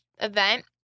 event